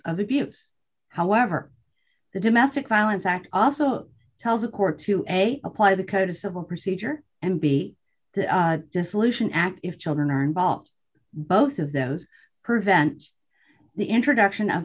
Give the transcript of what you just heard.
of the view however the domestic violence act also tells a court to a apply the code of civil procedure and be dissolution act if children are involved both of those prevent the introduction of